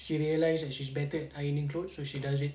she realise that she's better at ironing clothes so she does it